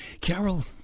Carol